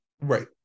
Right